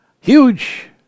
Huge